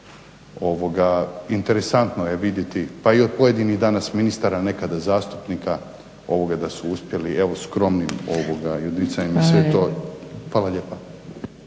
interesantno je vidjeti pa i od pojedinih danas ministara nekada zastupnika da su uspjeli evo skromnim odricanjem na sve to. Hvala lijepa.